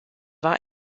war